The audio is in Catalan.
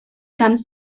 camps